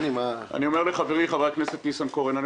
האיחוד הלאומי): אני אומר לחברי חבר הכנסת אבי ניסנקורן.